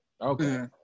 okay